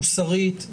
מוסרית,